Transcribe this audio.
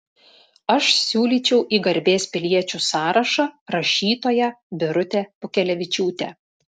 aš siūlyčiau į garbės piliečių sąrašą rašytoją birutę pūkelevičiūtę